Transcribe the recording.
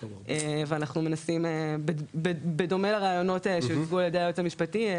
ואנחנו מנסים בדומה לרעיונות שהובאו על ידי היועץ המשפטי,